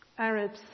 Arabs